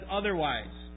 otherwise